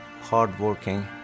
hardworking